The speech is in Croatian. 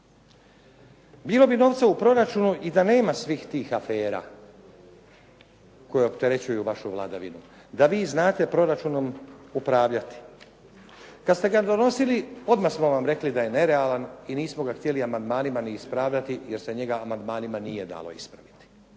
Bilo bi novca u proračunu i da nema svih tih afera koji opterećuju vašu vladavinu da vi znate proračunom upravljati. Kada ste ga donosili odmah smo vam rekli da je nerealan i nismo ga htjeli amandmanima ni ispravljati jer se njega amandmanima nije dalo ispraviti.